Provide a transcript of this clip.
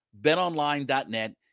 betonline.net